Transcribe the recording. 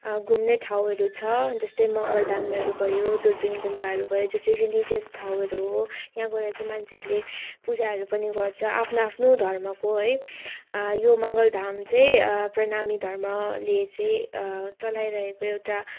घुम्ने ठाउँहरू छ जस्तै मङ्गलधामहरू भयो दुर्पिन गुम्बाहरू भयो जो चाहिँ रिलिजियस ठाउँहरू हो यहाँ गएर चाहिँ मान्छेहरूले पूजाहरू पनि गर्छ आफ्नो आफ्नो धर्मको है यो मङ्गलधाम चाहिँ प्रणामी धर्मले चाहिँ चलाइरहेको एउटा